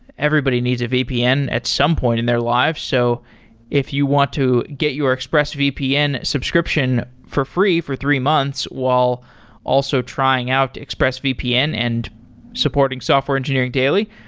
everybody needs at vpn at some point in their life. so if you want to get your expressvpn subscription for free for three months while also trying out expressvpn and supporting software engineering daily,